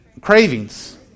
cravings